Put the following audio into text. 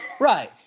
Right